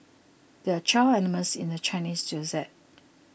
there are twelve animals in the Chinese zodiac